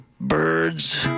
birds